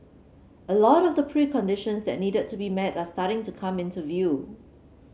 a lot of the preconditions that needed to be met are starting to come into view